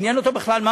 עניין אותו בכלל מה